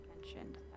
mentioned